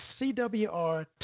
CWR